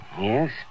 Yes